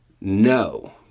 No